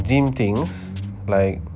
gym things like